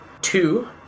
Two